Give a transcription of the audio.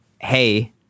Hey